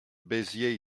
bezier